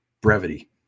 Brevity